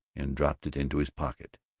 and dropped it into his pocket.